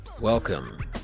welcome